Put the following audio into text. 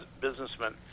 businessmen